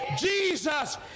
Jesus